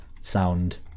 sound